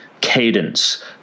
cadence